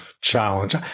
challenge